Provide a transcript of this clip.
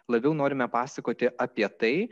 labiau norime pasakoti apie tai